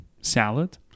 salad